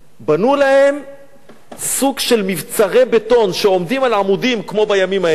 בנו להם סוג של מבצרי בטון שעומדים על עמודים כמו בימים ההם,